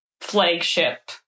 flagship